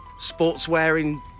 sportswearing